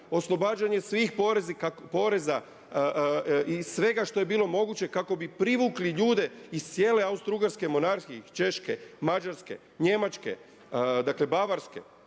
oslobađanje svih poreza i sve što je bilo moguće kako bi privukli ljude iz cijele Austro-ugarske monarhije, Češke, Mađarske, Njemačke, dakle Bavarske,